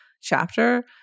chapter